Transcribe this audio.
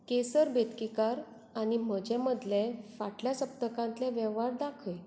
केसर बेतकीकार आनी म्हजे मदले फाटल्या सप्तकांतले वेव्हार दाखय